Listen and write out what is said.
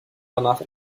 danach